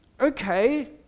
okay